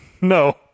No